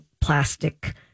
plastic